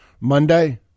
Monday